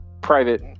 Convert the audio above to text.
private